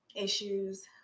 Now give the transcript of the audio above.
issues